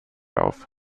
auf